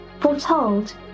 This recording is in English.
Foretold